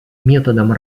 методам